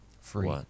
Free